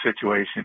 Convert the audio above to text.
situation